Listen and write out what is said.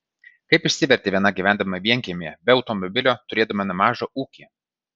kaip išsiverti viena gyvendama vienkiemyje be automobilio turėdama nemažą ūkį